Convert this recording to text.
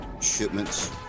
shipments